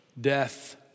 death